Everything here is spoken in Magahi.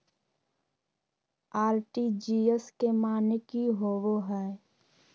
आर.टी.जी.एस के माने की होबो है?